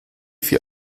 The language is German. vier